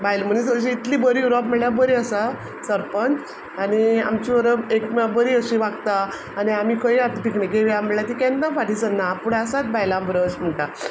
बायल मनीस अशी इतली बरी उरप म्हणल्यार बरी आसा सरपंच आनी आमच्यो आतां अशी बरी अशी वागता आनी आमी खंयी आतां पिकनिकेक बी या म्हणल्यार ती केन्नाच फाटी सरना आपूण आसाच बायलां बरोबर अशी म्हणटा